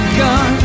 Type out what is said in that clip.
gun